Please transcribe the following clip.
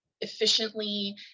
efficiently